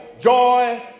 joy